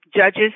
judges